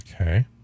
Okay